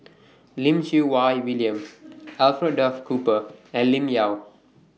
Lim Siew Wai William Alfred Duff Cooper and Lim Yau